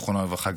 זיכרונו לברכה,